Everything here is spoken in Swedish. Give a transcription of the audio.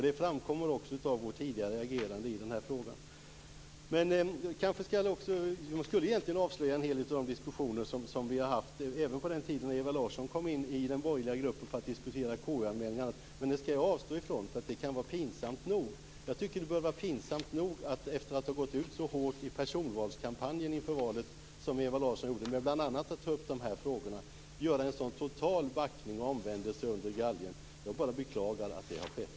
Det framkommer också av vårt tidigare agerande i frågan. Jag skulle egentligen avslöja en del av de diskussioner vi hade även på den tiden Ewa Larsson kom med i den borgerliga gruppen för att diskutera KU anmälningar. Men det skall jag avstå från. Det kan vara pinsamt nog. Det bör vara pinsamt nog att efter att ha gått ut så hårt i personvalskampanjen inför valet, som Ewa Larsson gjorde, med bl.a. dessa frågor, att göra en så total omvändelse under galgen. Jag beklagar att det har skett.